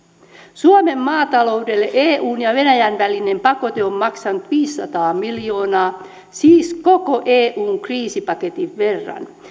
suomen maataloudelle eun ja venäjän välinen pakote on maksanut viisisataa miljoonaa siis koko eun kriisipaketin verran